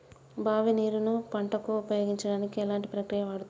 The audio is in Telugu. బావి నీరు ను పంట కు ఉపయోగించడానికి ఎలాంటి ప్రక్రియ వాడుతం?